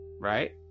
right